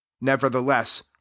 nevertheless